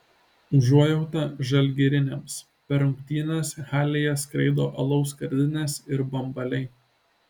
užuojauta žalgiriniams per rungtynes halėje skraido alaus skardinės ir bambaliai